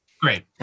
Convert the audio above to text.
Great